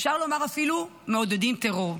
אפשר לומר אפילו, מעודדים טרור.